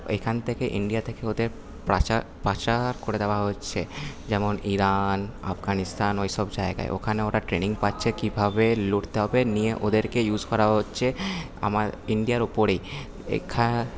ওইখান থেকে থেকে ইন্ডিয়া থেকে ওদের পাচার পাচার করে দেওয়া হচ্ছে যেমন ইরান আফগানিস্তান ওইসব জায়গায় ওখানে ওরা ট্রেনিং পাচ্ছে কীভাবে লড়তে হবে নিয়ে ওদেরকে ইউজ করা হচ্ছে আমার ইন্ডিয়ার ওপরেই এখা